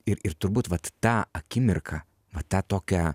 ir ir turbūt vat tą akimirką va tą tokią